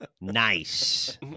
Nice